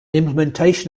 implementation